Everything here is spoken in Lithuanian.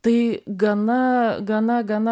tai gana gana gana